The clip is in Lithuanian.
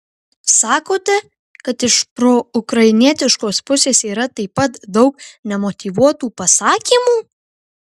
sakote kad iš proukrainietiškos pusės yra taip pat daug nemotyvuotų pasakymų